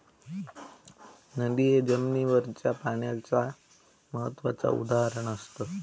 नदिये जमिनीवरच्या पाण्याचा महत्त्वाचा उदाहरण असत